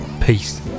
Peace